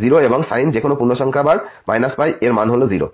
0 এবং সাইন যে কোন পূর্ণসংখ্যা বার π এর মান হল 0